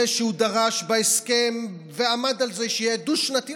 זה שהוא דרש בהסכם ועמד על זה שיהיה דו-שנתי,